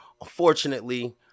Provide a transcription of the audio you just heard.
Unfortunately